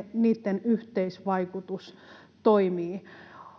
— yhteisvaikutus toimii.